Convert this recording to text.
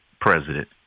president